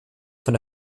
von